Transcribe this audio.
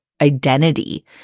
identity